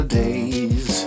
days